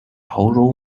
潮州